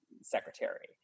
secretary